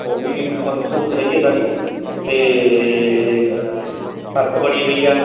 ਉਹ ਵੀ ਮਤਲਬ ਸਹੂਲਤ ਹੈਗੀ ਆ ਸਾਰੀ ਅਤੇ ਸੜਕ ਬਣੀ ਹੋਈ ਆ